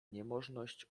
niemożność